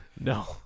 No